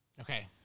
Okay